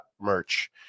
merch